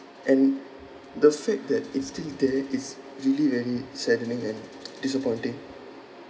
and the fact that it's still there is really very saddening and disappointing